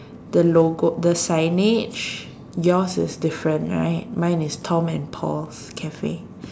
the logo the signage yours is different right mine is Tom and Paul's Cafe